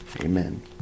Amen